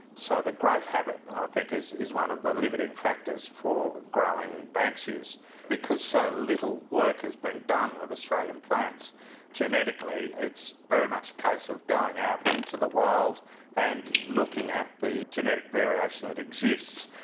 so the growth habit i think is is one of the limiting factors for growing banksias. because so little work has been done with australian plants genetically, it's very much a case of going out into the wild and looking at the genetic variation that exists.